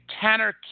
Tanner